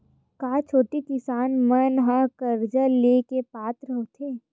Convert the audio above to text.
का छोटे किसान मन हा कर्जा ले के पात्र होथे?